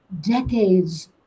decades